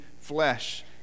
flesh